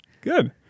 Good